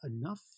enough